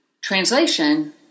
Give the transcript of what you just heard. Translation